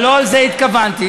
אבל לא לזה התכוונתי.